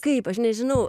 kaip aš nežinau